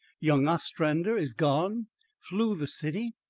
young ostrander is gone flew the city,